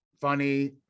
funny